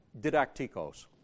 didacticos